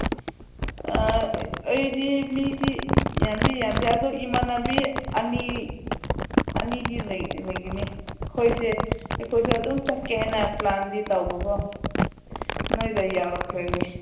ꯑꯩꯗꯤ ꯃꯤꯗꯤ ꯌꯥꯝꯗꯤ ꯌꯥꯝꯗꯦ ꯑꯗꯣ ꯏꯃꯥꯟꯅꯕꯤ ꯑꯅꯤ ꯑꯅꯤꯗꯤ ꯂꯩ ꯂꯩꯒꯅꯤ ꯑꯩꯈꯣꯏꯁꯦ ꯑꯩꯈꯣꯏꯁꯦ ꯑꯗꯨꯝ ꯆꯠꯀꯦ ꯍꯥꯏꯅ ꯄ꯭ꯂꯥꯟꯗꯤ ꯇꯧꯕꯀꯣ ꯅꯣꯏꯒ ꯌꯥꯎꯈ꯭ꯔꯒꯦ